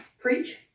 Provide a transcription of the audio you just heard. preach